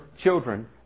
children